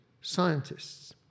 scientists